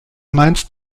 meinst